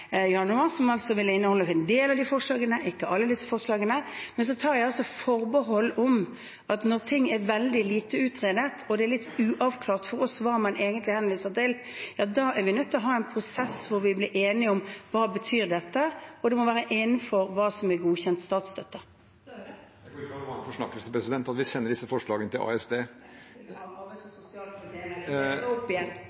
januar, som altså vil inneholde en del av de forslagene, ikke alle, men jeg tar altså forbehold om at når ting er veldig lite utredet, og det er litt uavklart for oss hva man egentlig henviser til, er vi nødt til å ha en prosess hvor vi blir enige om hva dette betyr, og det må være innenfor det som er godkjent statsstøtte. Jeg går ut fra at det var en forsnakkelse at vi sender disse forslagene til ASD.